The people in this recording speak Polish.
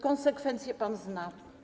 Konsekwencje pan zna.